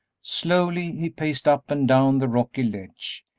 slowly he paced up and down the rocky ledge,